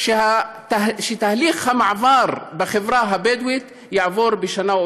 שתהליך המעבר בחברה הבדואית יעבור בשנה,